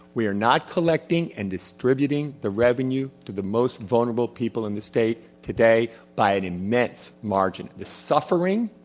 we are not collecting and distributing the revenue to the most vulnerable people in the state today by an immense margin. the suffering,